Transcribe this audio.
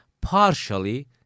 partially